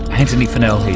antony funnell here.